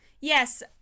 Yes